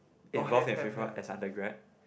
involved in fifth row as undergrad